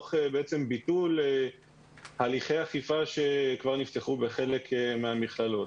תוך ביטול הליכי אכיפה שכבר נפתחו בחלק מהמכללות.